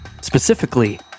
Specifically